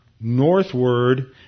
northward